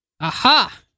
aha